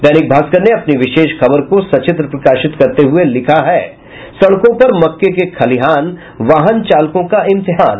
दैनिक भास्कर ने अपनी विशेष खबर को सचित्र प्रकाशित करते हुये लिखा है सड़कों पर मक्के के खलिहान वाहन चालकों का इम्तिहान